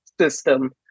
system